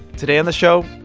today on the show,